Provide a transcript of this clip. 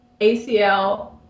ACL